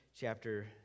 chapter